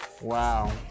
Wow